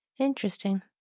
Interesting